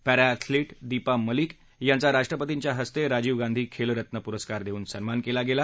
पैरा अथलिट दीपा मलिक यांचा राष्ट्रपतींच्या हस्ते राजीव गांधी खेलरत्न पुरस्कार देऊन सन्मान केला गेला